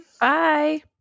bye